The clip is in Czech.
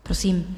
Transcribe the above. Prosím.